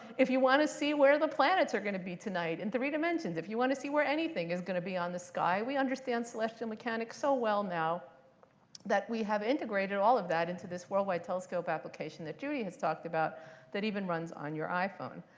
if you want to see where the planets are going to be tonight in three dimensions, if you want to see where anything is going to be on the sky, we understand celestial mechanics so well now that we have integrated all of that into this world wide telescope application that judy has talked about that even runs on your iphone.